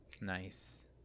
Nice